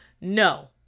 No